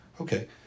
Okay